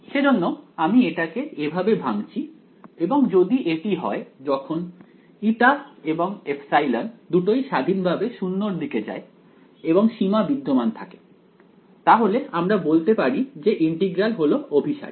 সেজন্য আমি এটাকে এভাবে ভাঙছি এবং যদি এটি হয় যখন η এবং ε দুটোই স্বাধীন ভাবে 0 এর দিকে যায় এবং সীমা বিদ্যমান থাকে তাহলে আমরা বলতে পারি যে ইন্টিগ্রাল হল অভিসারী